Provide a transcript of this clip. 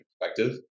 perspective